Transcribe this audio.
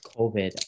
COVID